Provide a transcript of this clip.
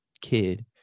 kid